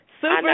Super